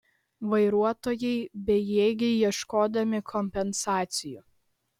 vairuotojai bejėgiai ieškodami kompensacijų